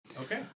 Okay